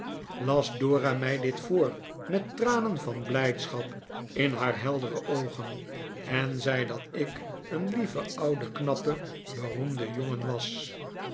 las dora mij dit voor met tranen van blijdschap in haar heldere oogen en zei dat ik een lieve oude knappe beroemde jongen was